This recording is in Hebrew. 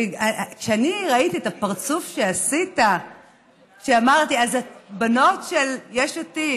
כשאני ראיתי את הפרצוף שעשית כשאמרתי שהבנות של יש עתיד,